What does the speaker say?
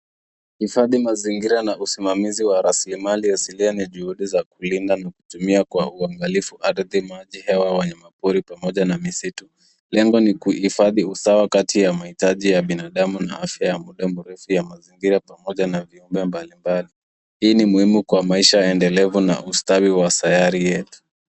Hifadhi mazingira na usimamizi wa rasilimali asilia ni juhudi za kulinda kutumia kwa uangalifu ardhi, maji, hewa, wanyama pori, pamoja na misitu. Lengo ni kuihifadhi usawa kati ya mahitaji ya binadamu na afya ya muda mrefu ya mazingira pamoja na viumbe mbalimbali. Hii ni muhimu kwa maisha endelevu na ustawi wa sayari yetu.